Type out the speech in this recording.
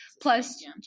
plus